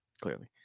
clearly